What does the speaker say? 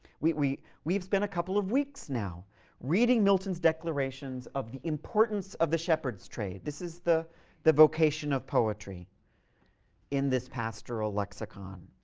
we've spent a couple of weeks now reading milton's declarations of the importance of the shepherd's trade. this is the the vocation of poetry in this pastoral lexicon.